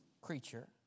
creature